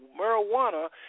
marijuana